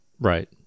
Right